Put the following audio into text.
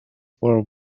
for